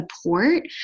support